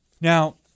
Now